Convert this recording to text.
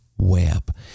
Web